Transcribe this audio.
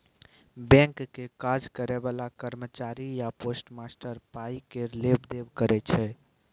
bank मे काज करय बला कर्मचारी या पोस्टमास्टर पाइ केर लेब देब करय छै